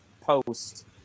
post